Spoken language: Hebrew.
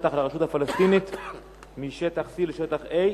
לרשות הפלסטינית שטח משטח C לשטח A,